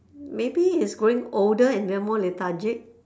maybe it's growing older and then more lethargic